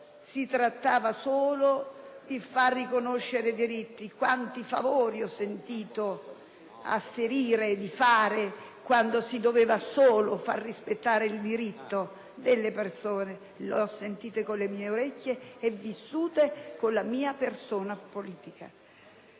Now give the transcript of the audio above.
si trattava solo di far riconoscere diritti. Quanti favori ho sentito asserire di fare quando si doveva solo far rispettare il diritto delle persone! L'ho sentito con le mie orecchie e vissuto con la mia persona politica.